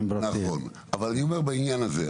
נכון, אבל אני אומר בעניין הזה.